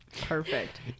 Perfect